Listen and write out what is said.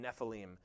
Nephilim